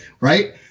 right